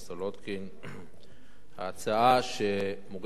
ההצעה שמוגשת לפנינו,